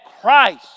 Christ